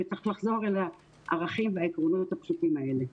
וצריך לחזור אל הערכים והעקרונות הפשוטים האלה.